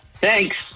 Thanks